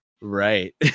Right